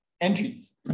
Engines